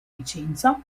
vicenza